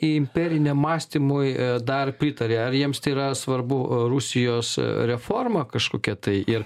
imperiniam mąstymui dar pritaria ar jiems tai yra svarbu rusijos reforma kažkokia tai ir